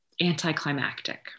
anticlimactic